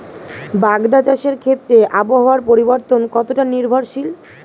বাগদা চাষের ক্ষেত্রে আবহাওয়ার পরিবর্তন কতটা নির্ভরশীল?